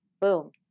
boom